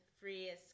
freest